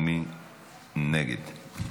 מי נגד?